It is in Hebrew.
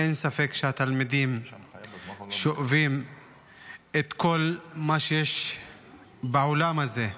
אין ספק שהתלמידים שואבים את כל מה שיש בעולם הזה,